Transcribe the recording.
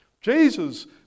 Jesus